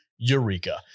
Eureka